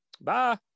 Bye